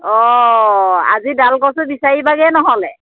অঁ আজি ডাল কচু বিচাৰিবাগৈ নহ'লে